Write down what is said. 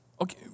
Okay